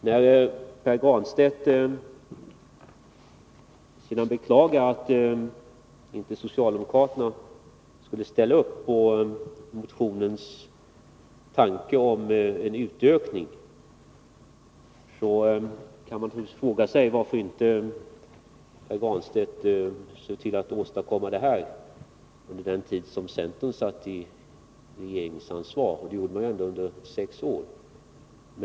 När Pär Granstedt beklagar att socialdemokraterna inte vill ställa upp på motionens tanke om en utökning, kan man naturligtvis fråga sig varför inte Pär Granstedt såg till att hans förslag genomfördes under den tid som centern satt i regeringsställning. Det gjorde man ändå under sex år.